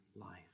life